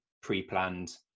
pre-planned